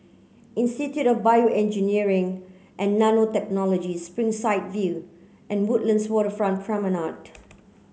Institute of BioEngineering and Nanotechnology Springside View and Woodlands Waterfront Promenade